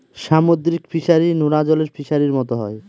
সামুদ্রিক ফিসারী, নোনা জলের ফিসারির মতো হয়